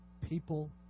people